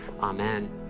Amen